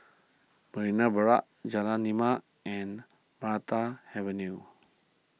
Marina Barrage Jalan Lima and Maranta Avenue